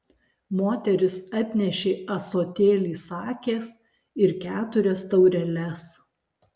moteris atnešė ąsotėlį sakės ir keturias taureles